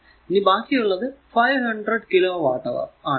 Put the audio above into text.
ഇനി ബാക്കി ഉള്ളത് 500 കിലോ വാട്ട് അവർ ആണ്